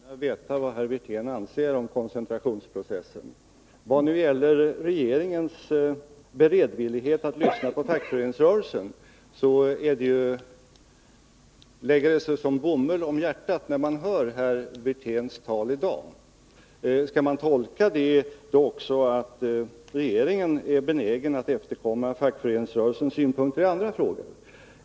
Herr talman! Jag vill gärna veta vad herr Wirtén anser om koncentrations processen. Herr Wirténs tal i dag om regeringens beredvillighet att lyssna på fackföreningsrörelsen lägger sig som bomull om hjärtat. Skall man också tolka det så att regeringen är benägen att efterkomma fackföreningsrörelsens synpunkter i andra frågor?